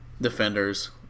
Defenders